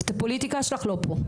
את הפוליטיקה שלך לא פה.